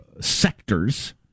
sectors